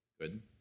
Good